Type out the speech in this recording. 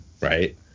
right